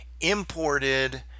imported